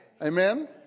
Amen